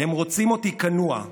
"הם רוצים אותי כנוע,